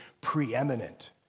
preeminent